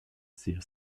sehr